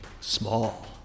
Small